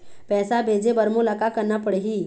पैसा भेजे बर मोला का करना पड़ही?